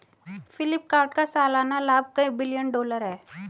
फ्लिपकार्ट का सालाना लाभ कई बिलियन डॉलर है